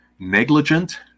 negligent